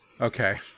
Okay